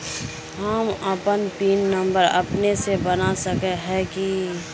हम अपन pin number अपने से बना सके है की?